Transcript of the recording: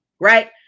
right